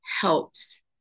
helps